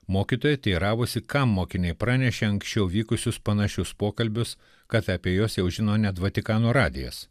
mokytoja teiravosi ką mokiniai pranešė anksčiau vykusius panašius pokalbius kad apie juos jau žino net vatikano radijas